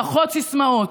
פחות סיסמאות,